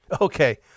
Okay